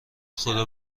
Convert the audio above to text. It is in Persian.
خدا